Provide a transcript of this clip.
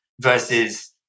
versus